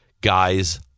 guys